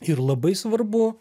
ir labai svarbu